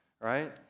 right